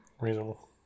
Reasonable